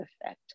effect